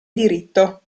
diritto